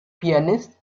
pianist